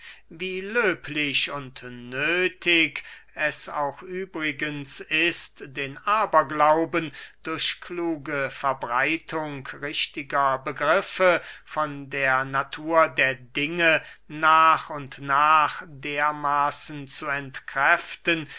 wie löblich und nöthig es auch übrigens ist den aberglauben durch kluge verbreitung richtiger begriffe von der natur der dinge nach und nach dermaßen zu entkräften